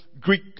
Greek